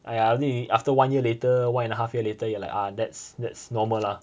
!aiya! only after one year later one and a half year later like ah that's that's normal lah